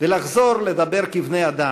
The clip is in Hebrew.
ולחזור לדבר כבני-אדם,